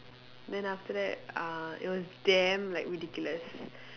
then after that uh it was damn like ridiculous